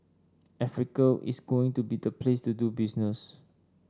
Africa is going to be the place to do business